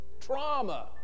trauma